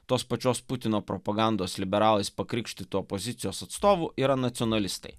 tos pačios putino propagandos liberalais pakrikštytų opozicijos atstovų yra nacionalistai